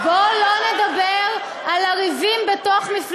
בוא לא נדבר, למה הוא גירש את סמוטריץ?